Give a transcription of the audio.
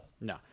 No